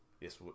Yes